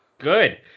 Good